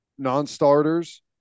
non-starters